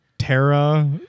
Terra